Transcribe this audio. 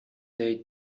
they